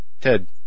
Ted